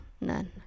none